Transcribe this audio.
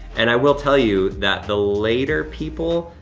and i will tell you, that the later people,